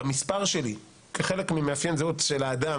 במספר שלי כחלק ממאפיין זהות של האדם,